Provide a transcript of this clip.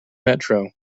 metro